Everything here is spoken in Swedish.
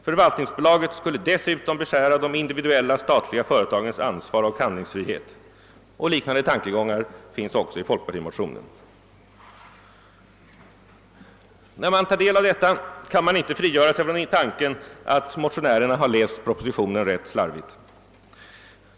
Förvaltningsbolaget skulle dessutom beskära de individuella statliga företagens ansvar och handlingsfrihet. Liknande tankegångar återfinnes i folkpartimotionen. När man tar del av detta kan man inte frigöra sig från tanken att motionärerna har läst propositionen rätt slarvigt.